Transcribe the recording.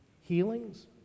healings